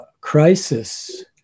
crisis